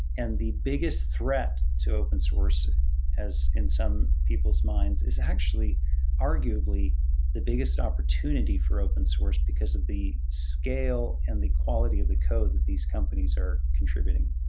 and the biggest threat to open source as in some people's minds is actually arguably the biggest opportunity for open source because of the scale and the quality of the code that these companies are contributing.